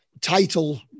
title